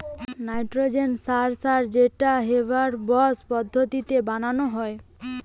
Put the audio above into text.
nitrogen সার সার যেটাকে হেবার বস পদ্ধতিতে বানানা হয়